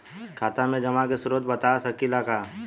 खाता में जमा के स्रोत बता सकी ला का?